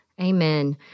Amen